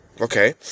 okay